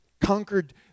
conquered